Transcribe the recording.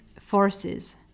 forces